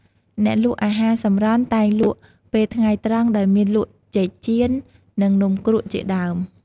អ្នកលក់អាហារសម្រន់តែងលក់ពេលថ្ងៃត្រង់ ដោយមានលក់ចេកចៀន និងនំគ្រកជាដើម។